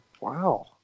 Wow